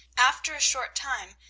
after a short time,